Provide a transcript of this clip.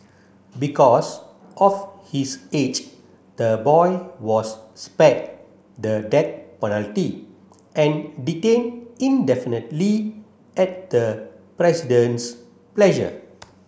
because of his age the boy was spared the death penalty and detained indefinitely at the President's pleasure